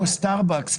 כמו סטארבקס,